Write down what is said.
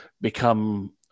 become